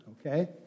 Okay